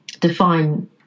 define